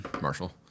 Marshall